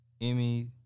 Emmy